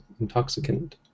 intoxicant